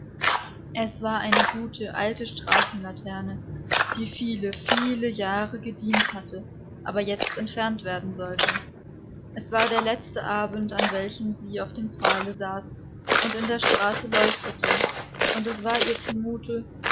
es war eine gute alte straßenlaterne die viele viele jahre gedient hatte aber jetzt entfernt werden sollte es war der letzte abend an welchem sie auf dem pfahle saß und in der straße leuchtete und es war ihr zu